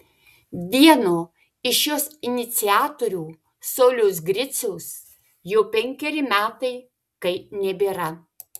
vieno iš jos iniciatorių sauliaus griciaus jau penkeri metai kai nebėra